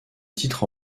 titre